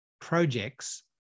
projects